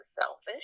selfish